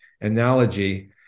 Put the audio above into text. analogy